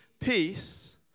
Peace